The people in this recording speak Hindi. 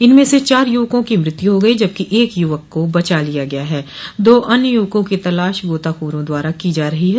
इनमें से चार युवकों की मृत्यु हो गई जबकि एक युवक को बचा लिया गया है दो अन्य युवकों की तलाश गोताखोरों द्वारा की जा रही है